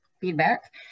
feedback